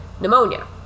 Pneumonia